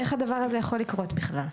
איך הדבר הזה יכול לקרות בכלל?